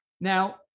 Now